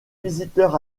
visiteurs